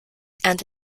and